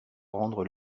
rendre